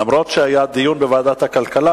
אף-על-פי שהיה דיון בוועדת הכלכלה,